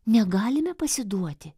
negalime pasiduoti